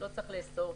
לא צריך לאסור,